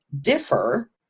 differ